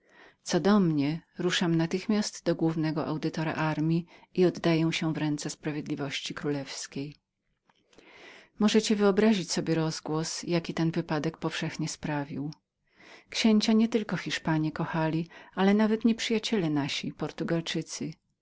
co do mnie ruszam natychmiast do głównego audytora armji i oddaję się w ręce sprawiedliwości królewskiej możecie wyobrazić sobie rozgłos jaki ten wypadek powszechnie sprawił księcia nie tylko hiszpanie kochali ale nawet nieprzyjaciele nasi